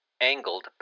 Angled